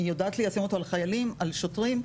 היא יודעת ליישם אותה על חיילים, על שוטרים.